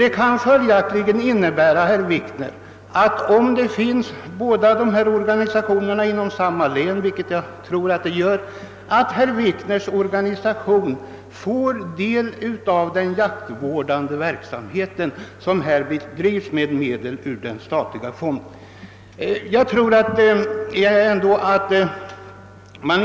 Detta kan följaktligen, herr Wikner, innebära att herr Wikners organisation, då båda dessa organisationer finns företrädda inom samma län — vilket jag tror kan inträffa — får del av den jaktvårdande verksamhet som bedrivs med medel ur den statliga fonden.